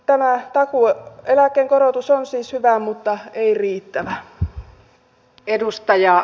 tämä takuueläkkeen korotus on siis hyvä mutta ei riittävä